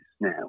now